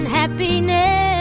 happiness